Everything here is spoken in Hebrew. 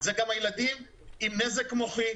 זה גם הילדים עם נזק מוחי,